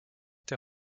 der